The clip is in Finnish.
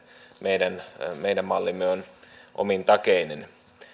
meidän meidän mallimme on omintakeinen